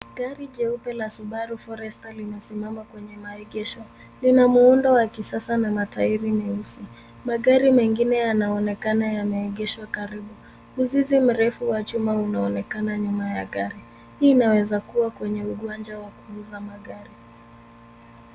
Gari jeupe la Subaru Forester linasimama kwenye maegesho. Lina muundo wa kisasa na matairi meusi. Magari mengine yanaonekana yanaegeshwa karibu. Mzizi mrefu wa chuma unaonekana nyuma ya gari. Hii inaweza kuwa kwenye uwanja wa kuuza magari.